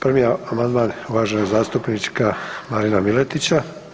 Prvi amandman uvaženog zastupnika Marina Miletića.